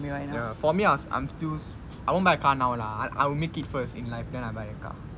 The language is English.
ya for me I'm I'm still I won't buy a car now lah I'll I'll make it first in life then I will buy car